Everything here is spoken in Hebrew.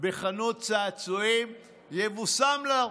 בחנות צעצועים, יבושם לו.